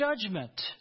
judgment